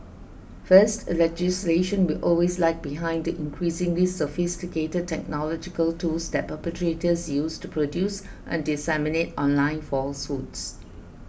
first legislation will always lag behind the increasingly sophisticated technological tools that perpetrators use to produce and disseminate online falsehoods